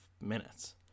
minutes